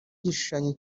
igishushanyo